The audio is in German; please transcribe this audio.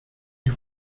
die